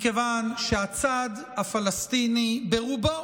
מכיוון שהצד הפלסטיני ברובו,